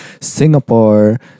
Singapore